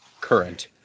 current